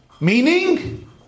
Meaning